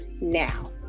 now